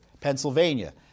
Pennsylvania